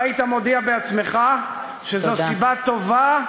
והיית מודיע בעצמך שזו סיבה טובה,